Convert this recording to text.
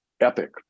epic